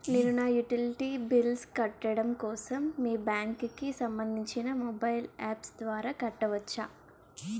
నేను నా utility bills కట్టడం కోసం మీ బ్యాంక్ కి సంబందించిన మొబైల్ అప్స్ ద్వారా కట్టవచ్చా?